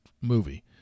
movie